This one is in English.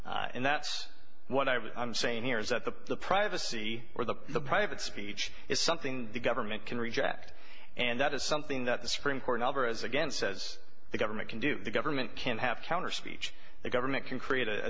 espouse and that's what i was saying here is that the the privacy or the private speech is something the government can reject and that is something that the supreme court over as again says the government can do the government can have counter speech the government can create a